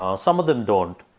um some of them don't.